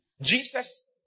Jesus